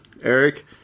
Eric